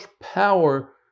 power